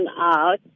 out